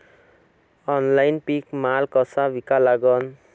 Online पीक माल कसा विका लागन?